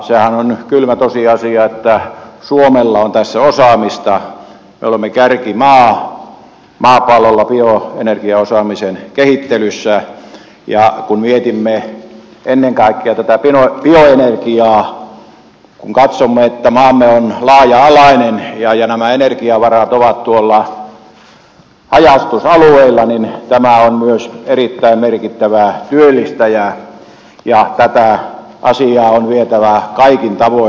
sehän on kylmä tosiasia että suomella on tässä osaamista me olemme kärkimaa maapallolla bioenergiaosaamisen kehittelyssä ja kun mietimme ennen kaikkea tätä bioenergiaa kun katsomme että maamme on laaja alainen ja nämä energiavarat ovat tuolla haja asutusalueilla niin tämä on myös erittäin merkittävä työllistäjä ja tätä asiaa on vietävä kaikin tavoin eteenpäin